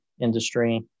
industry